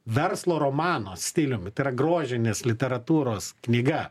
verslo romano stiliumi tai yra grožinės literatūros knyga